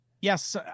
Yes